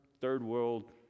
third-world